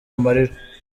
amarira